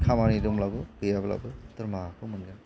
खामानि दंब्लाबो गैयाब्लाबो दरमाहाखौ मोनगोन